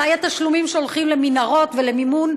אולי התשלומים שהולכים למנהרות ולמימון